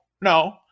no